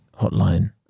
hotline